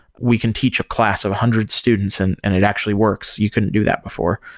we can teach a class of hundred students and and it actually works. you couldn't do that before.